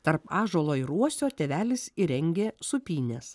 tarp ąžuolo ir uosio tėvelis įrengė sūpynes